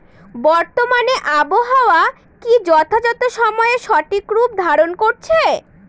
বর্তমানে আবহাওয়া কি যথাযথ সময়ে সঠিক রূপ ধারণ করছে?